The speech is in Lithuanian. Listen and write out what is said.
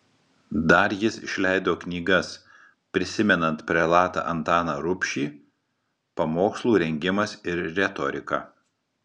dar jis išleido knygas prisimenant prelatą antaną rubšį pamokslų rengimas ir retorika